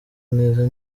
neza